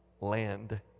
Land